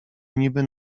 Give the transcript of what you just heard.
niby